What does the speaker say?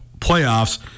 playoffs